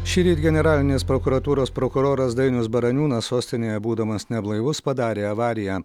šįryt generalinės prokuratūros prokuroras dainius baraniūnas sostinėje būdamas neblaivus padarė avariją